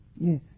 Yes